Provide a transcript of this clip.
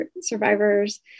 survivors